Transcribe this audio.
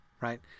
right